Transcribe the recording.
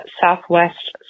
southwest